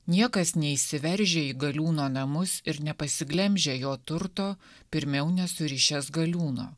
niekas neįsiveržia į galiūno namus ir nepasiglemžia jo turto pirmiau nesurišęs galiūno